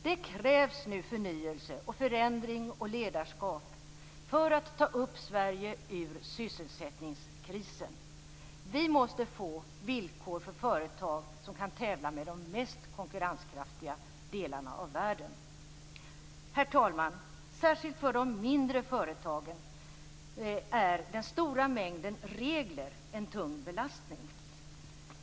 Det krävs nu förnyelse, förändring och ledarskap för att vi skall kunna ta upp Sverige ur sysselsättningskrisen. Vi måste få villkor för företag som kan tävla med villkoren i de mest konkurrenskraftiga delarna av världen. Herr talman! Särskilt för de mindre företagen är den stora mängden regler en tung belastning.